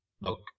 look